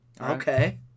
Okay